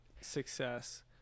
success